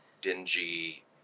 dingy